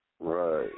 Right